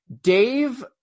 Dave